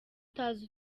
utazi